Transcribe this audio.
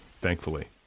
thankfully